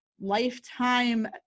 lifetime